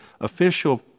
official